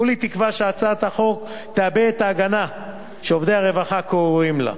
כולי תקווה שהצעת החוק תעבה את ההגנה שעובדי הרווחה כה ראויים לה.